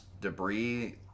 debris